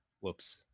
whoops